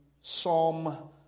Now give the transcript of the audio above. Psalm